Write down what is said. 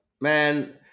Man